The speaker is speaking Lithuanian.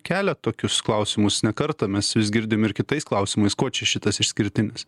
kelia tokius klausimus ne kartą mes vis girdim ir kitais klausimais kuo čia šitas išskirtinis